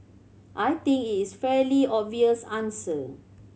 I think it's fairly obvious answer